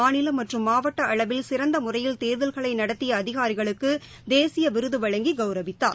மாநிலம் மற்றும் மாவட்ட அளவில் சிறந்தமுறையில் தேர்தல்களை நடத்திய அதிகாரிகளுக்கு தேசிய விருது வழங்கி கவுரவித்தார்